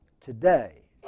Today